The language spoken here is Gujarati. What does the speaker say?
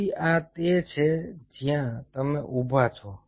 તેથી આ તે છે જ્યાં તમે ઉભા છો